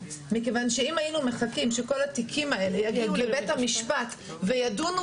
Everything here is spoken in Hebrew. מכיוון שאם היינו מחכים שכל התיקים האלה יגיעו לבית המשפט וידונו